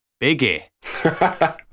Biggie